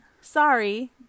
sorry